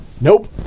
Nope